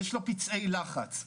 יש לו פצעי לחץ,